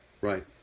right